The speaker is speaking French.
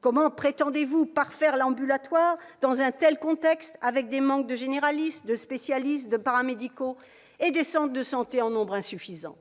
Comment prétendez-vous parfaire l'ambulatoire dans un tel contexte avec des manques de généralistes, de spécialistes, de personnels paramédicaux, avec des centres de santé en nombre insuffisant ?